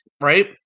right